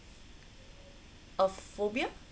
a phobia